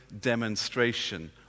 demonstration